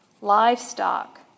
livestock